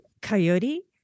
Coyote